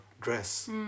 dress